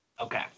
Okay